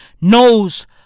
knows